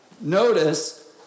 notice